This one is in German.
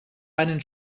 einen